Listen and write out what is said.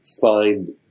find